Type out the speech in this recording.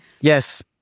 Yes